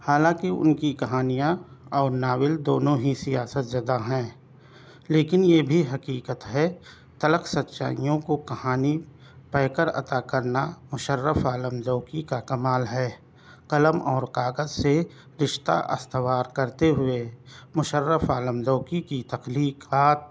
حالانکہ ان کی کہانیاں اور ناول دونوں ہی سیاست زدہ ہیں لیکن یہ بھی حقیقت ہے تلخ سچائیوں کو کہانی پیکر عطا کرنا مشرف عالم ذوقی کا کمال ہے قلم اور کاغذ سے رشتہ استوار کرتے ہوئے مشرف عالم ذوقی کی تخلیقات